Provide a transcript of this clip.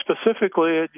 specifically